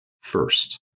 first